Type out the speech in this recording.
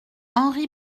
henri